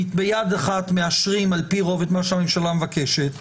ביד אחת מאשרים על פי רוב את מה שהממשלה מבקשת,